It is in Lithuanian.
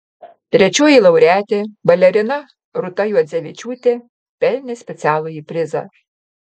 trečioji laureatė balerina rūta juodzevičiūtė pelnė specialųjį prizą